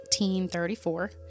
1834